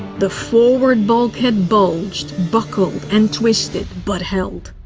the forward bulkhead bulged, buckled, and twisted, but held.